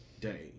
day